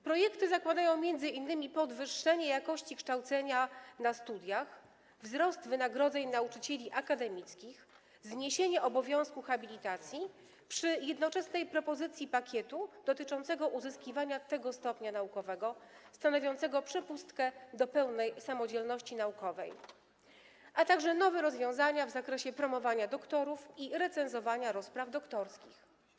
Projekty zakładają m.in. podwyższenie jakości kształcenia na studiach, wzrost wynagrodzeń nauczycieli akademickich, zniesienie obowiązku habilitacji przy jednoczesnej propozycji pakietu dotyczącego uzyskiwania tego stopnia naukowego, stanowiącego przepustkę do pełnej samodzielności naukowej, a także nowe rozwiązania w zakresie promowania doktorów i recenzowania rozpraw doktorskich.